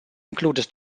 included